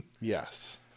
yes